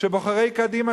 בוחרי קדימה,